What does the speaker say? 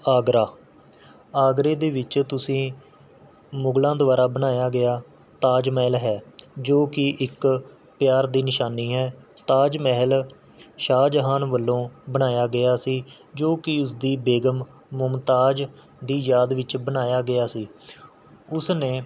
ਆਗਰਾ ਆਗਰੇ ਦੇ ਵਿੱਚ ਤੁਸੀਂ ਮੁਗਲਾਂ ਦੁਆਰਾ ਬਣਾਇਆ ਗਿਆ ਤਾਜ ਮਹਿਲ ਹੈ ਜੋ ਕਿ ਇੱਕ ਪਿਆਰ ਦੀ ਨਿਸ਼ਾਨੀ ਹੈ ਤਾਜ ਮਹਿਲ ਸ਼ਾਹਜਹਾਨ ਵੱਲੋਂ ਬਣਾਇਆ ਗਿਆ ਸੀ ਜੋ ਕਿ ਉਸਦੀ ਬੇਗ਼ਮ ਮੁਮਤਾਜ ਦੀ ਯਾਦ ਵਿੱਚ ਬਣਾਇਆ ਗਿਆ ਸੀ ਉਸਨੇ